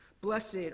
Blessed